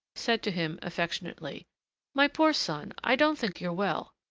said to him affectionately my poor son, i don't think you're well.